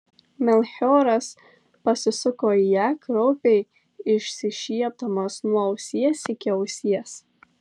melchioras pasisuko į ją kraupiai išsišiepdamas nuo ausies iki ausies